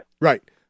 right